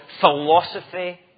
philosophy